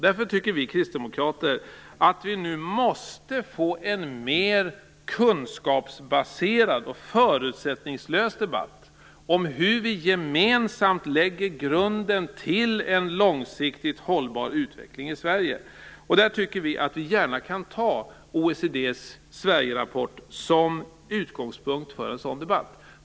Därför tycker vi kristdemokrater att vi nu måste få en mer kunskapsbaserad och förutsättningslös debatt om hur vi gemensamt lägger grunden till en långsiktigt hållbar utveckling i Sverige. Vi tycker att man gärna kan ta OECD:s Sverigerapport som utgångspunkt för en sådan debatt.